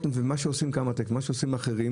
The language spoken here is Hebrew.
מה שעושים Kamatech ומה עושים אחרים,